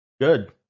Good